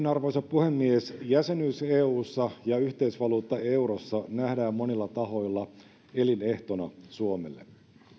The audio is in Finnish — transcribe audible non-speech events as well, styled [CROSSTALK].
[UNINTELLIGIBLE] arvoisa puhemies jäsenyys eussa ja yhteisvaluutta eurossa nähdään monilla tahoilla elinehtona suomelle